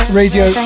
radio